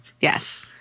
Yes